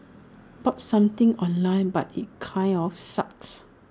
bought something online but IT kinda of sucks